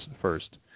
first